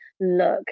look